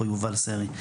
יובל סרי.